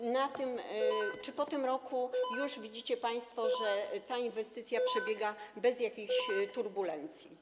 I czy po tym roku już widzicie państwo, że ta inwestycja przebiega bez jakichś turbulencji?